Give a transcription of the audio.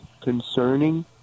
concerning